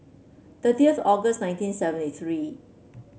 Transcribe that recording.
thirtieth August nineteen seventy three